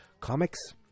comics